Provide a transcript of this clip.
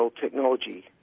technology